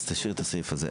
אז תשאירי את הסעיף הזה.